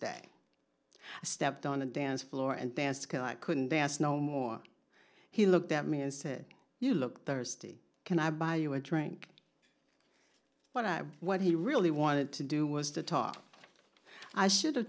day i stepped on the dance floor and dance till i couldn't there's no more he looked at me and said you look thirsty can i buy you a drink but i what he really wanted to do was to talk i should